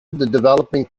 developing